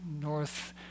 north